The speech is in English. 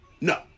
No